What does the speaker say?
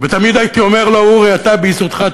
ותמיד הייתי אומר לו: אורי, אתה ביסודך טוב,